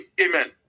amen